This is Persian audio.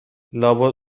لابد